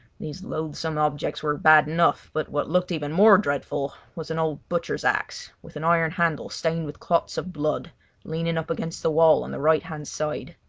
these loathsome objects were bad enough but what looked even more dreadful was an old butcher's axe with an iron handle stained with clots of blood leaning up against the wall on the right hand side.